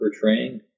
Portraying